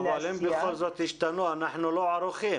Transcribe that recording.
אבל אם בכל זאת ישתנו ההנחיות אנחנו לא ערוכים.